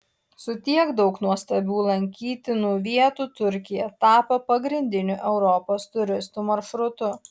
su tiek daug nuostabių lankytinų vietų turkija tapo pagrindiniu europos turistų maršrutu